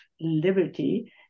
liberty